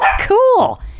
cool